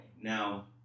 Now